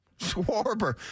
Swarber